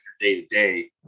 day-to-day